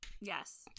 Yes